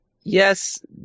Yes